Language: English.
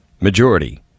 majority